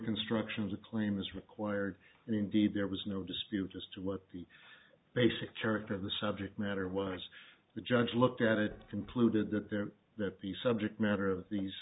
construction of the claim is required and indeed there was no dispute as to what the basic character of the subject matter was the judge looked at it concluded that there that the subject matter of these